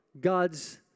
God's